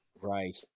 Right